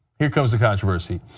here comes the controversy.